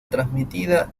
transmitida